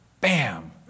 Bam